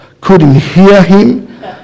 couldn't-hear-him